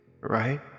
Right